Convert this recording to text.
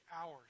hours